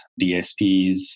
DSPs